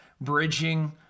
bridging